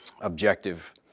objective